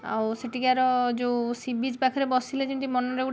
ଆଉ ସେଠିକାର ଯେଉଁ ସି ବିଚ୍ ପାଖରେ ବସିଲେ ଯେମିତି ମନଟା ଗୋଟେ